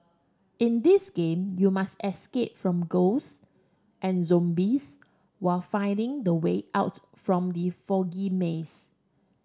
in this game you must escape from ghosts and zombies while finding the way out from the foggy maze